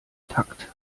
takt